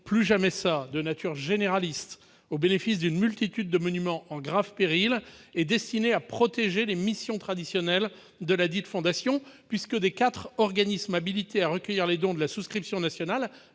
Plus jamais ça !» de nature généraliste au bénéfice d'une multitude de monuments en grave péril est destiné à protéger les missions traditionnelles de ladite fondation, puisque, des quatre organismes habilités à recueillir les dons de la souscription nationale,